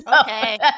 Okay